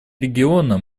региона